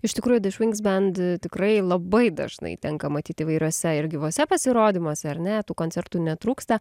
iš tikrųjų the schwings band tikrai labai dažnai tenka matyt įvairiuose ir gyvuose pasirodymuose ar ne tų koncertų netrūksta